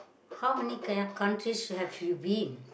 how many coun~ countries have you been